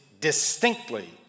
distinctly